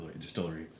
distillery